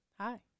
hi